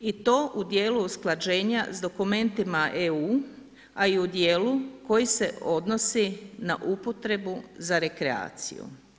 I to u dijelu usklađena s dokumentima EU, a i u djelu koji se odnosi na upotrebu za rekreaciju.